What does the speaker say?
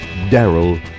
Daryl